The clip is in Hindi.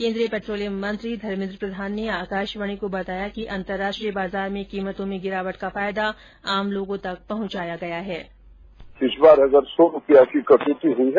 के न्द्रीय पेट्रोलियम मंत्री धर्मेन्द्र प्रधान ने आकाशवाणी को बताया कि अंतर्राष्ट्रीय बाजार में कीमतों में गिरावट का फायदा आम लोगों तक पहुंचाया गया है